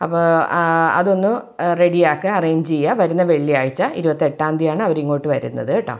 അപ്പോൾ ആ അതൊന്ന് റെഡിയാക്കാ അറേഞ്ച് ചെയ്യുക വരുന്ന വെള്ളിയാഴ്ച ഇരുപത്തെട്ടാന്തീയാണ് അവരിങ്ങോട്ട് വരുന്നത് കേട്ടോ